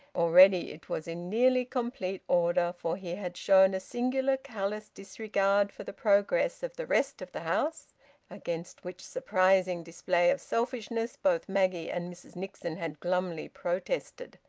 already it was in nearly complete order, for he had shown a singular, callous disregard for the progress of the rest of the house against which surprising display of selfishness both maggie and mrs nixon had glumly protested.